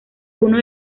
uno